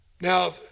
now